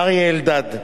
אריה אלדד,